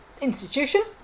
institution